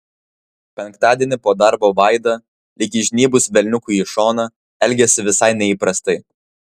penktadienį po darbo vaida lyg įžnybus velniukui į šoną elgėsi visai neįprastai